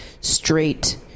straight